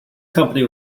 company